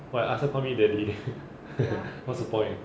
what ask her call me daddy what's the point